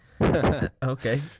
Okay